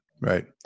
right